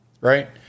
right